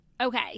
Okay